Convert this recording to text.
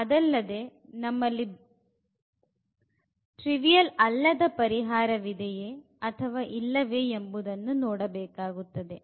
ಆದರೆ ಅದಲ್ಲದೆ ನಮ್ಮಲ್ಲಿ ಯಾವುದಾದರು ಟ್ರಿವಿಯಲ್ ಅಲ್ಲದ ಪರಿಹಾರವಿದೆಯೇ ಅಥವಾ ಇಲ್ಲವೇ ಎಂಬುದನ್ನು ನೋಡಬೇಕಾಗುತ್ತದೆ